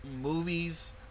movies